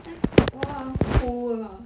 then !wah! 很苦啊